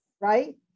right